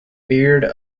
beard